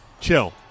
chill